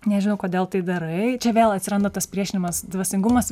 nežinau kodėl tai darai čia vėl atsiranda tas priešinimas dvasingumas